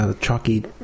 chalky